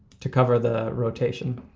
to cover the rotation.